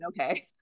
Okay